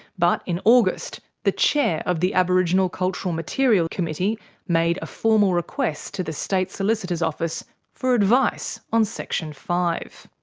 but in august, the chair of the aboriginal cultural material committee made a formal request to the state solicitor's office for advice on section five.